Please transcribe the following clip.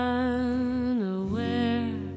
unaware